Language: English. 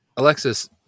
Alexis